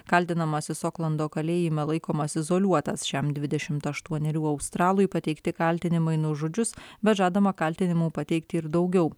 kaltinamasis oklando kalėjime laikomas izoliuotas šiam dvidešimt aštuonerių australui pateikti kaltinimai nužudžius bet žadama kaltinimų pateikti ir daugiau